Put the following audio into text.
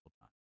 time